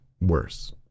worse